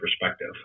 perspective